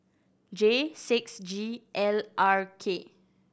J six G L R K